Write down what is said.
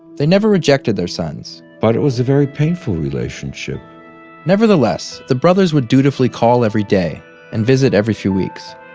they never rejected their sons, but it was a very painful relationship nevertheless, the brothers would dutifully call every day and visit every few weeks.